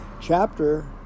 chapter